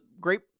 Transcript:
great